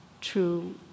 true